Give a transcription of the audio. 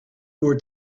more